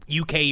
UK